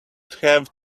have